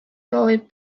soovib